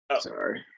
Sorry